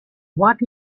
what